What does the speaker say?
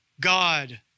God